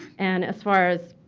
and as far as